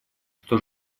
что